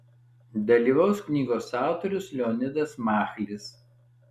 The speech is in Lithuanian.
dalyvaus knygos autorius leonidas machlis